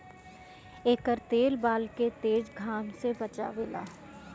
एकर तेल बाल के तेज घाम से बचावेला